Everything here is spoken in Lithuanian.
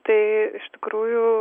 tai iš tikrųjų